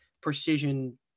precision